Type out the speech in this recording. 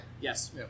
Yes